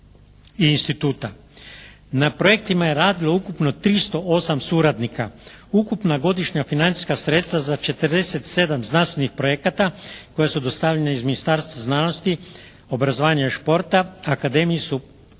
Na projektima je radilo ukupno 308 suradnika, ukupna godišnja financijska sredstva za 47 znanstvenih projekata koja su dostavljena iz Ministarstva znanosti, obrazovanja i športa, Akademiji su